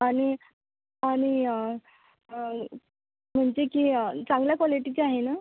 आणि आणि म्हणजे की चांगल्या क्वालिटीचे आहे नं